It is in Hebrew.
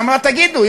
ואמרה: תגידו,